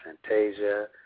Fantasia